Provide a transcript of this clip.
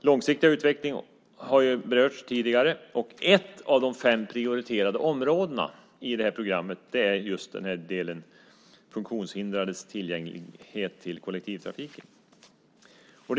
långsiktiga utveckling har berörts tidigare. Ett av de fem prioriterade områdena i det programmet är en tillgänglig kollektivtrafik för funktionshindrade.